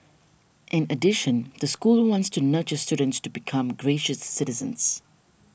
in addition the school wants to nurture students to become gracious citizens